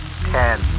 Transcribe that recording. ten